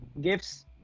Gifts